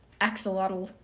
Axolotl